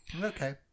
okay